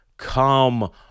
Come